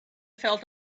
felt